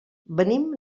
venim